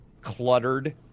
cluttered